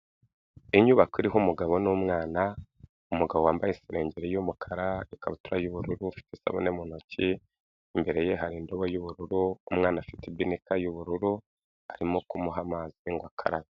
Inyubako iriho umugabo n'umwana, umugabo wambaye iserengeri y'umukara, ikabutura y'ubururu ufite isabune mu ntoki, imbere ye hari indobo y'ubururu, umwana afite ibirika y'ubururu arimo kumuha amazi ngo akarabe.